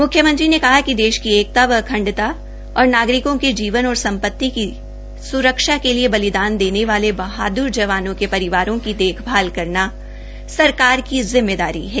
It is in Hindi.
मुख्यमंत्री ने कहा कि देश की एकता व अखंडता और नागरिकों के जीवन और सम्पति की सुरक्षा के लिए बलिदान देने वाले बहाद्र जवानों के परिवारों की देखभाल करना सरकार की जिम्मेदारी है